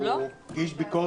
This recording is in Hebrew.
מי נגד?